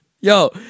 Yo